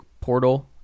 portal